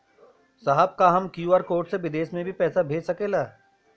साहब का हम क्यू.आर कोड से बिदेश में भी पैसा भेज सकेला?